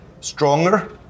stronger